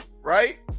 right